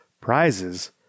prizes